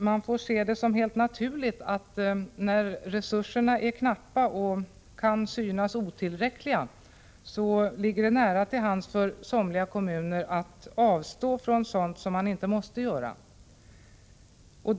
Man får se det som helt naturligt att det ligger nära till hands för somliga kommuner att avstå från sådant som man inte måste göra när resurserna är knappa och kan synas otillräckliga.